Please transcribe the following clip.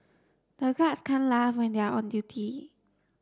the guards can't laugh when they are on duty